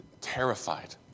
terrified